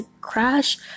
crash